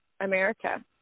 America